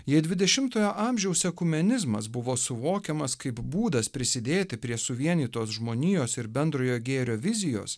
jei dvidešimtojo amžiaus ekumenizmas buvo suvokiamas kaip būdas prisidėti prie suvienytos žmonijos ir bendrojo gėrio vizijos